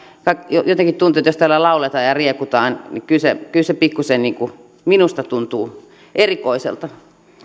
jotenkin tuntuu että jos täällä lauletaan ja ja riekutaan niin kyllä se pikkuisen minusta tuntuu erikoiselta